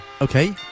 Okay